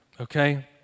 okay